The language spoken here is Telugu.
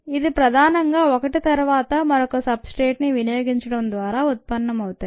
ఇది ప్రధానంగా ఒకటి తర్వాత మరొక సబ్ స్ట్రేట్ ని వినియోగించడం ద్వారా ఉత్పన్నమవుతాయి